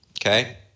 okay